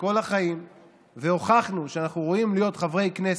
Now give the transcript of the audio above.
כל החיים והוכחנו שאנחנו ראויים להיות חברי כנסת,